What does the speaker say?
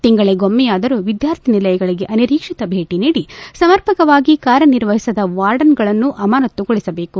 ತಿಂಗಳಗೊಮ್ಮೆಯಾದರೂ ವಿದ್ವಾರ್ಥಿನಿಲಯಗಳಿಗೆ ಅನಿರೀಕ್ಷಿತ ಭೇಟಿ ನೀಡಿ ಸಮರ್ಪಕವಾಗಿ ಕಾರ್ಯನಿರ್ವಹಿಸದ ವಾರ್ಡನ್ಗಳನ್ನು ಅಮಾನತ್ತುಗೊಳಿಸಬೇಕು